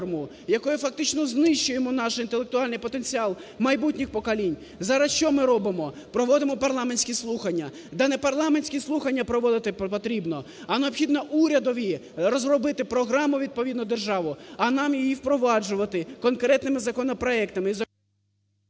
якою фактично знищуємо наш інтелектуальний потенціал майбутніх поколінь. Зараз що ми робимо? Проводимо парламентські слухання. Да не парламентські слухання проводити потрібно, а необхідно урядові розробити програму відповідну державну, а нам її впроваджувати конкретними законопроектами